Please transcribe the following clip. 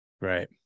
Right